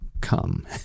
come